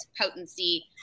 potency